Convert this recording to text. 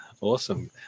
Awesome